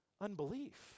unbelief